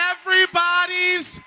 Everybody's